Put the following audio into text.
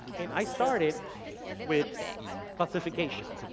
and i started with classification.